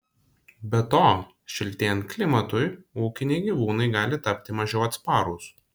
be to šiltėjant klimatui ūkiniai gyvūnai gali tapti mažiau atsparūs